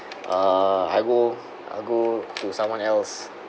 uh I go I'll go to someone else